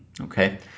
Okay